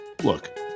look